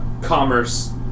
commerce